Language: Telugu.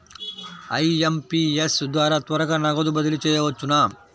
ఐ.ఎం.పీ.ఎస్ ద్వారా త్వరగా నగదు బదిలీ చేయవచ్చునా?